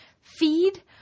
feed